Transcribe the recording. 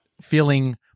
feeling